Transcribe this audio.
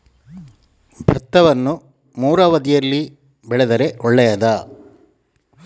ಭತ್ತವನ್ನು ಮೂರೂ ಅವಧಿಯಲ್ಲಿ ಬೆಳೆದರೆ ಒಳ್ಳೆಯದಾ?